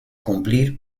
cumplir